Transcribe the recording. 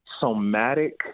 somatic